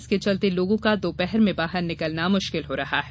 इसके चलते लोगों का दोपहर में बाहर निकलना मुश्किल हो रहा है